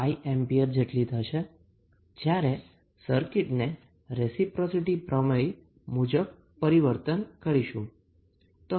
5 A જેટલી થશે જ્યારે સર્કિટ ને રેસિપ્રોસિટી પ્રમેય મુજબ પરવર્તન કરીશું